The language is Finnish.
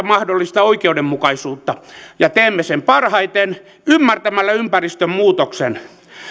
mahdollista oikeudenmukaisuutta ja teemme sen parhaiten ymmärtämällä ympäristön muutoksen